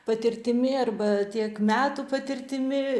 patirtimi arba tiek metų patirtimi